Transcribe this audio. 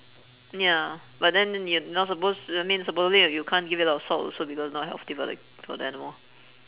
ya but then you not supposed to I mean supposedly you can't give it a lot of salt also because not healthy for the for the animal